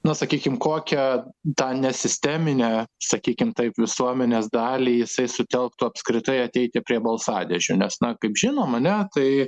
nu sakykim kokią tą nesisteminę sakykim taip visuomenės dalį jisai sutelktų apskritai ateiti prie balsadėžių nes na kaip žinom ar ne tai